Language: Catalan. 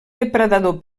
depredador